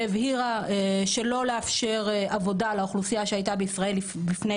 והבהירה שלא לאפשר עבודה לאוכלוסייה שהייתה בישראל לפני